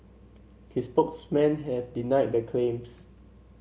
his spokesmen have denied the claims